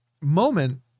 moment